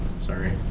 Sorry